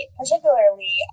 particularly